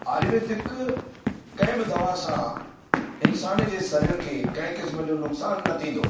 आयुर्वेदिक कंहिं बि दवासां इन्सानु जे शरीर खे कंहिं किस्म जो नुक़सानु न थींदो